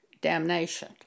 damnation